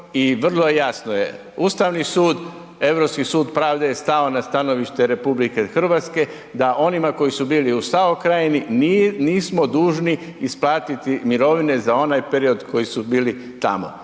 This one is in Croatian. i vrlo jasno je, Ustavni sud, Europski sud pravde je stao na stanovište RH, da onima koji su bili u SAO Krajini nismo dužni isplatiti mirovine za onaj period koji su bili tamo.